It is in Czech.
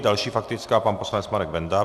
Další faktická pan poslanec Marek Benda.